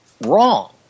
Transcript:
wrong